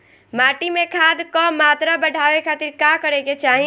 माटी में खाद क मात्रा बढ़ावे खातिर का करे के चाहीं?